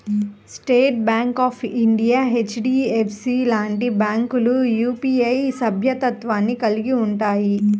state Bank of India, HDFC లాంటి బ్యాంకులు UPI సభ్యత్వాన్ని కలిగి ఉంటయ్యి